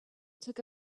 took